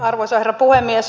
arvoisa herra puhemies